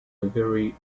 livery